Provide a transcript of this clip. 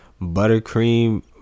buttercream